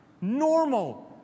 normal